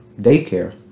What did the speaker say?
daycare